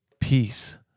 peace